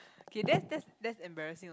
okay that's that's that's embarrassing ah